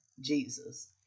Jesus